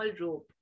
rope